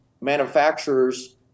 manufacturers